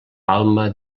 palma